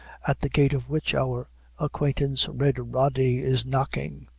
at the gate of which our acquaintance red rody is knocking.